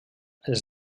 els